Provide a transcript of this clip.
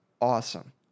awesome